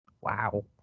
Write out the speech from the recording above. Wow